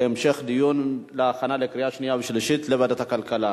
לוועדת הכלכלה